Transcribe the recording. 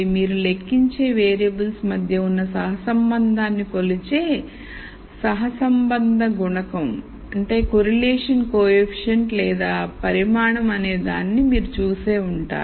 మీరు లెక్కించే వేరియబుల్ మధ్య ఉన్న సహ సంబంధాన్ని కొలిచే సహసంబంధం గుణకం లేదా పరిమాణం అనే దానిని మీరు చూసే ఉంటారు